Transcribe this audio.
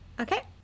okay